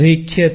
રેખીયતા